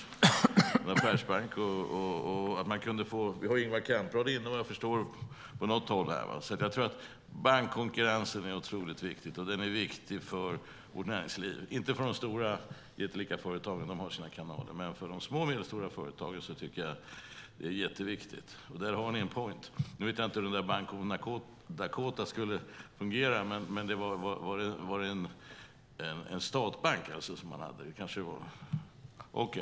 Vad jag förstår har vi också Ingvar Kamprad inne på något håll. Bankkonkurrensen är otroligt viktig. Den är viktig för vårt näringsliv - inte för de jättelika företagen, för de har sina kanaler, men för de små och medelstora tycker jag att den är jätteviktig. Där har ni en poäng. Jag vet inte hur Bank of North Dakota skulle fungera. Var det en delstatsbank?